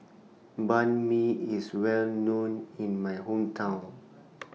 Banh MI IS Well known in My Hometown